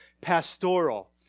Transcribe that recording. pastoral